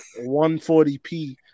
140p